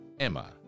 Emma